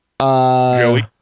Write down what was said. Joey